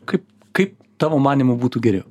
kaip kaip tavo manymu būtų geriau